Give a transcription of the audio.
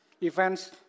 Events